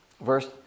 Verse